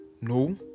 No